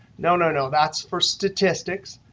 no, no, no. that's for statistics.